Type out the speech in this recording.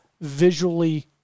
visually